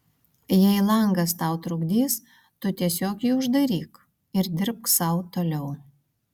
jei langas tau trukdys tu tiesiog jį uždaryk ir dirbk sau toliau